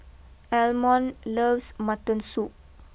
Almon loves Mutton Soup